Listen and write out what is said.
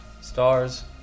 stars